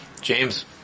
james